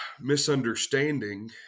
misunderstanding